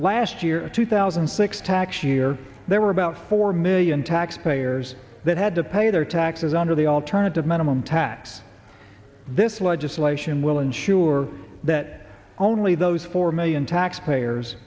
last year two thousand and six tax year there were about four million taxpayers that had to pay their taxes under the alternative minimum tax this legislation will ensure that only those four million taxpayers